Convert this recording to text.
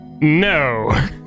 No